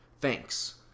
Thanks